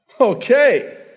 Okay